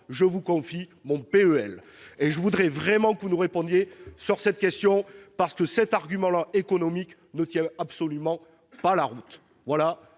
je vous confie mon PEL ! Je voudrais vraiment que vous nous répondiez sur cette question parce que cet argument économique ne tient absolument pas la route. La